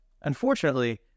Unfortunately